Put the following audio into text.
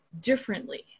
differently